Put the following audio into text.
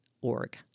org